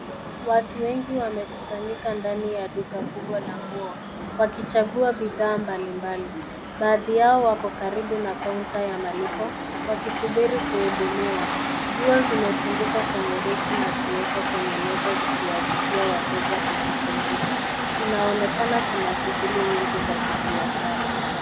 Watu wengi wamekusanyika ndani ya duka kubwa la nguo, wakichagua bidhaa mbalimbali. Baadhi yao wako karibu na counter ya malipo wakisubiri kuhudumiwa. Nguo zimetundikwa kwenye reki na kuwekwa kwenye meza zikiwavutia wateja kuzichunguza. Inaonekana kuna shughuli nyingi za kibiashara.